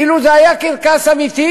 אילו זה היה קרקס אמיתי,